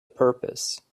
purpose